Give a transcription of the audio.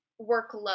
workload